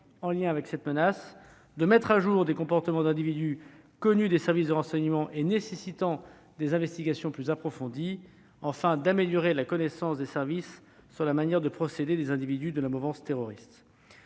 en lien avec cette menace, de mettre à jour des comportements d'individus connus des services de renseignement et nécessitant des investigations plus approfondies, enfin d'améliorer la connaissance des services sur la manière de procéder des individus de la mouvance terroriste.